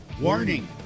Warning